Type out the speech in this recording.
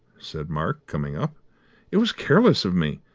said mark, coming up it was careless of me,